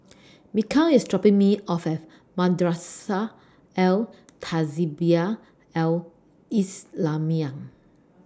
Mikal IS dropping Me off Madrasah Al Tahzibiah Al Islamiah